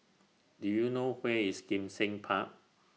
Do YOU know Where IS Kim Seng Park